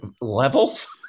levels